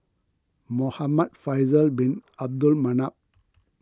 Muhamad Faisal Bin Abdul Manap